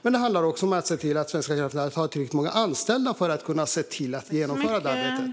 Men det handlar också om att se till att Svenska kraftnät har tillräckligt många anställda för att kunna genomföra detta arbete.